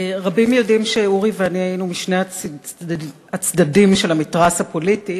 רבים יודעים שאורי ואני היינו משני הצדדים של המתרס הפוליטי,